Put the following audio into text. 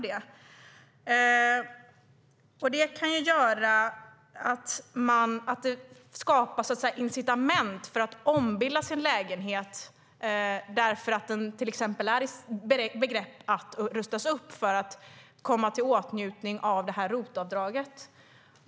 Detta gör att det skapas incitament för att ombilda sin lägenhet - innehavaren kan stå i begrepp att rusta upp - för att komma i åtnjutande av ROT-avdraget.